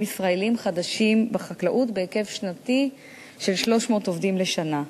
ישראלים חדשים בחקלאות בהיקף שנתי של 300 עובדים לשנה,